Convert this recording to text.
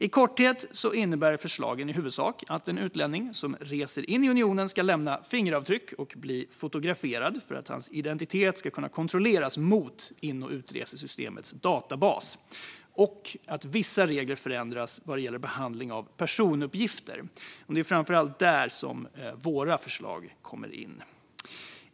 I korthet innebär förslagen i huvudsak att en utlänning som reser in i unionen ska lämna fingeravtryck och bli fotograferad för att hans identitet ska kunna kontrolleras mot in och utresesystemets databas och att vissa regler förändras vad gäller behandling av personuppgifter. Det är framför allt där våra förslag kommer in.